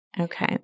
Okay